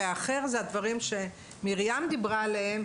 והאחרת זה הדברים שמרים דיברה עליהם,